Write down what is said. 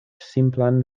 simplan